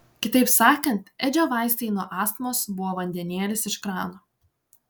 kitaip sakant edžio vaistai nuo astmos buvo vandenėlis iš krano